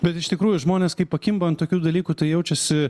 bet iš tikrųjų žmonės kai pakimba ant tokių dalykų tai jaučiasi